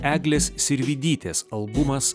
eglės sirvydytės albumas